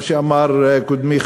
מה שאמר קודמי,